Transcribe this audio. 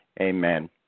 Amen